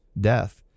death